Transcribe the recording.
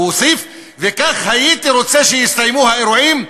הוא הוסיף: וכך הייתי רוצה שיסתיימו האירועים.